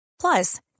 Plus